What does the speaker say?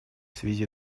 связи